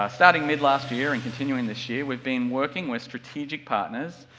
ah starting mid last year, and continuing this year, we've been working with strategic partners,